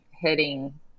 heading